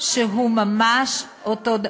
שהוא ממש אותו,